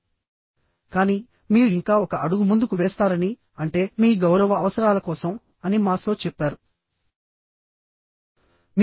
కానీ మీరు ఇంకా ఒక అడుగు ముందుకు వేస్తారని అంటే మీ గౌరవ అవసరాల కోసం అని మాస్లో చెప్పారు